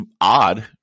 odd